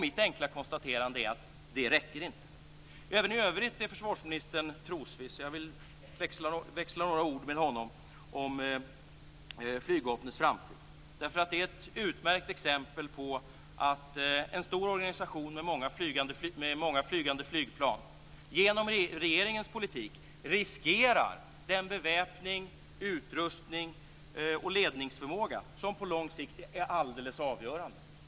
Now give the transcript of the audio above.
Mitt enkla konstaterande är att det inte räcker. Även i övrigt är försvarsministern trosviss. Jag vill växla några ord med honom om flygvapnets framtid. Det är ett utmärkt exempel på att en stor organisation med många flygande flygplan genom regeringens politik riskerar den beväpning, utrustning och ledningsförmåga som på lång sikt är alldeles avgörande.